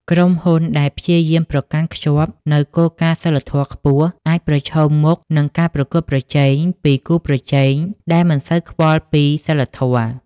ក្រុមហ៊ុនដែលព្យាយាមប្រកាន់ខ្ជាប់នូវគោលការណ៍សីលធម៌ខ្ពស់ អាចប្រឈមមុខនឹងការប្រកួតប្រជែងពី គូប្រជែងដែលមិនសូវខ្វល់ពីសីលធម៌។